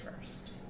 first